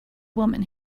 woman